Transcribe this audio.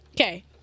Okay